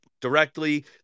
directly